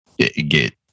Get